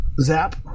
Zap